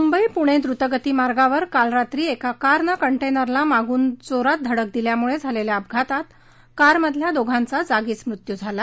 मुंबई पुणे ट्वतगती मार्गावर काल रात्री एका कारनं कंटेनरला मागून जोरात धडक दिल्यामुळे झालेल्या अपघातात कारमधल्या दोघांचा जागीच मृत्यू झाला